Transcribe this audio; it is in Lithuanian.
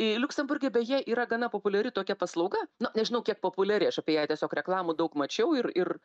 liuksemburge beje yra gana populiari tokia paslauga na nežinau kiek populiari aš apie ją tiesiog reklamų daug mačiau ir ir